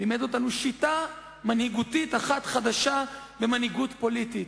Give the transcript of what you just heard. הוא לימד אותנו שיטה מנהיגותית אחת חדשה למנהיגות פוליטית,